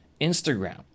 instagram